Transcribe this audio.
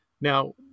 now